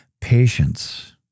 Patience